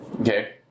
Okay